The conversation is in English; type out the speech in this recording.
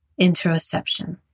interoception